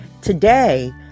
Today